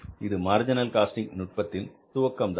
இது marginal costing நுட்பத்தில் துவக்கம் தான்